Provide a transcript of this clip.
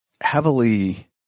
heavily